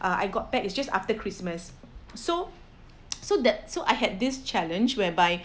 uh I got back it's just after christmas so so that so I had this challenge whereby